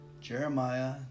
Jeremiah